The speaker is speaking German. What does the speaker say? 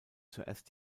zuerst